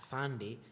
Sunday